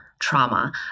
trauma